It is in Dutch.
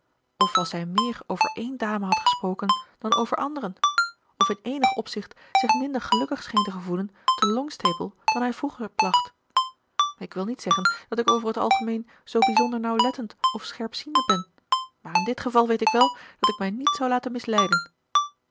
of als hij meer over ééne dame had gesproken dan over anderen of in eenig opzicht zich minder gelukkig scheen te gevoelen te longstaple dan hij vroeger placht ik wil niet zeggen dat ik over t algemeen zoo bijzonder nauwlettend of scherpziende ben maar in dit geval weet ik wel dat ik mij niet zou laten misleiden